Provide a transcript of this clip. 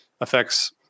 affects